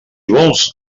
vols